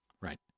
Right